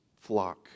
flock